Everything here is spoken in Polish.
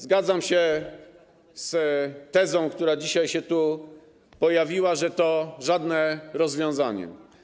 Zgadzam się z tezą, która dzisiaj się tu pojawiła, że to żadne rozwiązanie.